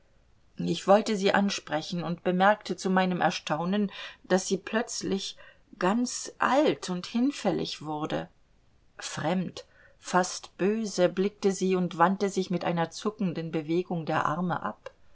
ich wollte sie ansprechen und bemerkte zu meinem erstaunen daß sie plötzlich ganz alt und hinfällig wurde fremd fast böse blickte sie und wandte sich mit einer zuckenden bewegung der arme ab